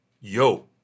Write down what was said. yo